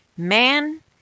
Man